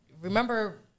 remember